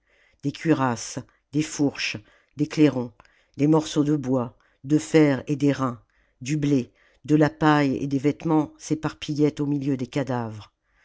des cuirasses des fourches des clairons des morceaux de bois de fer et d'airain du blé de la paille et des vêtements s'éparpillaient au milieu des cadavres